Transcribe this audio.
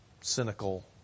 cynical